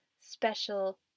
special